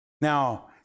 Now